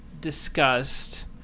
discussed